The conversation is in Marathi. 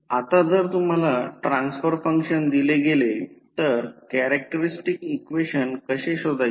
आता जर तुम्हाला ट्रान्सफर फंक्शन दिले गेले तर कॅरेक्टरस्टिक्स इक्वेशन कसे शोधायचे